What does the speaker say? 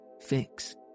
Fix